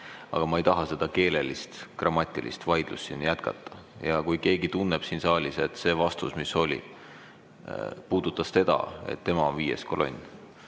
Aga ma ei taha seda keelelist, grammatilist vaidlust jätkata. Ja kui keegi tunneb siin saalis, et see vastus, mis anti, puudutas teda, et tema on viies kolonn,